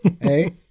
Hey